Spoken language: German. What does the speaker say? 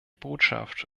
botschaft